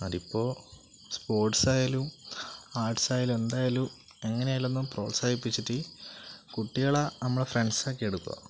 അതിപ്പോള് സ്പോർട്സ് ആയാലും ആർട്സ് ആയാലും എന്തായാലും എങ്ങനെയായാലുമൊന്ന് പ്രോത്സാഹിപ്പിച്ചിട്ട് കുട്ടികളെ നമ്മുടെ ഫ്രണ്ട്സാക്കിയെടുക്കുക